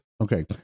Okay